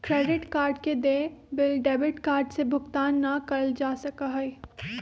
credit card के देय bill debit card से भुगतान ना कइल जा सका हई